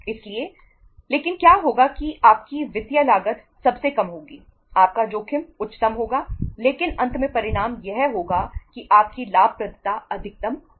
इसलिए लेकिन क्या होगा कि आपकी वित्तीय लागत सबसे कम होगी आपका जोखिम उच्चतम होगा लेकिन अंत में परिणाम यह होगा कि आपकी लाभप्रदता अधिकतम होगी